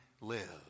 live